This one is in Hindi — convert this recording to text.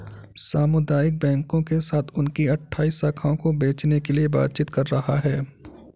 सामुदायिक बैंकों के साथ उनकी अठ्ठाइस शाखाओं को बेचने के लिए बातचीत कर रहा है